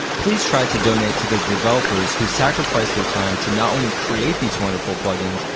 please try to donate to the developers who sacrifice their time to not only create these wonderful plugins,